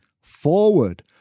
forward